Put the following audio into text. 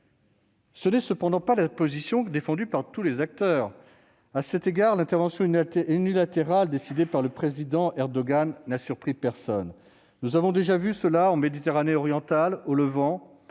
Ce n'est cependant pas la position défendue par tous les acteurs. À cet égard, l'intervention unilatérale décidée par le président Erdogan n'a surpris personne : nous l'avons déjà vu agir ainsi en Méditerranée orientale, au Levant